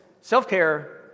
self-care